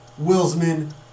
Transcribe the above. Wilsman